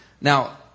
Now